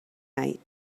night